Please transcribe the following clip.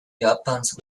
japans